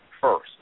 first